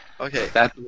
Okay